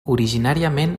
originàriament